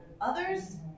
Others